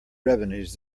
revenues